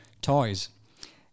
toys